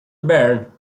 byrne